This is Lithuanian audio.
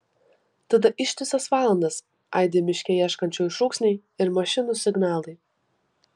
tada ištisas valandas aidi miške ieškančiųjų šūksniai ir mašinų signalai